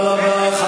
תודה רבה.